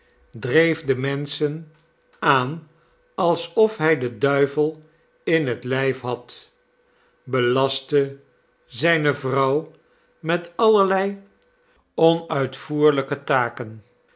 dreef de menschen aan alsof hij den duivelin het lijf had belastte zijne vrouw met allerlei onuitvoerlijke taken